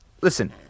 listen